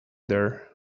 there